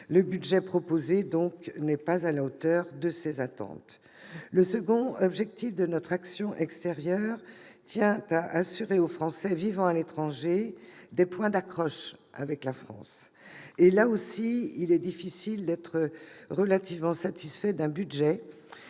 Le budget proposé n'est pas à la hauteur de ces attentes. Le second objectif de notre action extérieure est d'assurer aux Français vivant à l'étranger des points d'accroche avec la France. Là aussi, il est difficile de se satisfaire d'un budget